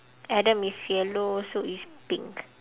adam is yellow sue is pink